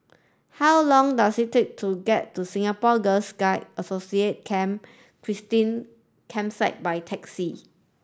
how long does it take to get to Singapore Girl Guide Associate Camp Christine Campsite by taxi